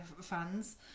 fans